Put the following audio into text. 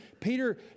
Peter